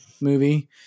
movie